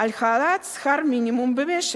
להעלאת שכר המינימום במשק.